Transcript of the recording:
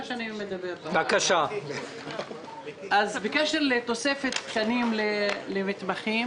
בקשר לתוספת תקנים למתמחים